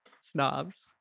snobs